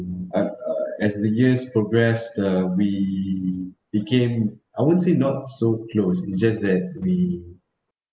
mm uh as the years progress the we he came I won't say not so close it's just that we